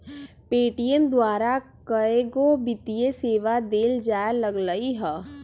Paytm द्वारा कएगो वित्तीय सेवा देल जाय लगलई ह